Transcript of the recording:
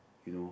you know